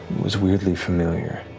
was weirdly familiar.